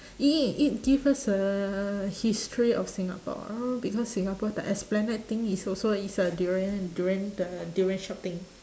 i~ i~ it gives us a history of singapore because singapore the esplanade thing is also is a durian durian the durian sharp thing